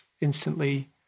instantly